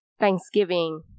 Thanksgiving